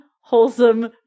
wholesome